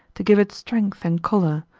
to give it strength and colour,